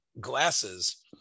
glasses